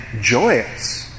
joyous